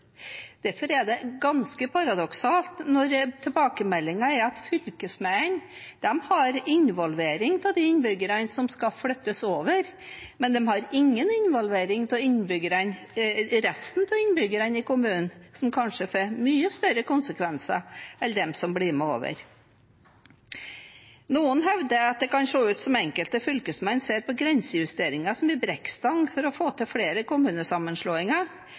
Derfor er det ganske paradoksalt når tilbakemeldingen er at fylkesmennene involverer de innbyggerne som skal flyttes over, men de involverer ikke resten av innbyggerne i kommunen, som det kanskje får mye større konsekvenser for enn for dem som blir med over. Noen hevder at det kan se ut som om enkelte fylkesmenn ser på grensejusteringer som en brekkstang for å få til flere kommunesammenslåinger